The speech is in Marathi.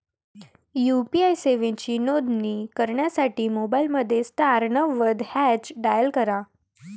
यू.पी.आई सेवांची नोंदणी करण्यासाठी मोबाईलमध्ये स्टार नव्वद हॅच डायल करा